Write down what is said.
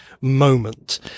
moment